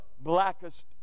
blackest